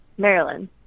Maryland